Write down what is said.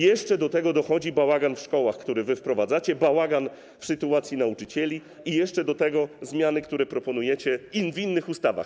Jeszcze do tego dochodzi bałagan w szkołach, który wy wprowadzacie, bałagan co do sytuacji nauczycieli i jeszcze do tego zmiany, które proponujecie w innych ustawach.